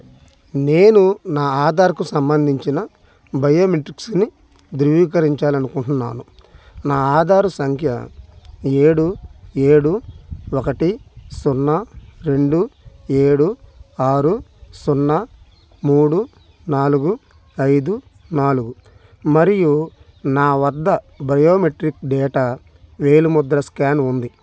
నేను నా ఆధారుకు సంబంధించిన బయోమెట్రిక్స్ని ధృవీకరించాలనుకుంటున్నాను నా ఆధారు సంఖ్య ఏడు ఏడు ఒకటి సున్నా రెండు ఏడు ఆరు సున్నా మూడు నాలుగు ఐదు నాలుగు మరియు నా వద్ద బయోమెట్రిక్ డేటా వేలిముద్ర స్కాన్ ఉంది